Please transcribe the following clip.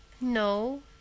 No